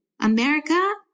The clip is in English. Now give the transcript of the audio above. America